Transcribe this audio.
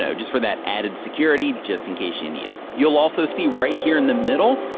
so just for that added security, just in case you need it. you'll also see right here in the middle,